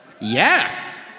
Yes